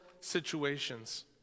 situations